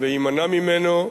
ויימנע ממנו,